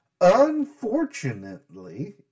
Unfortunately